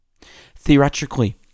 Theoretically